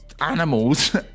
animals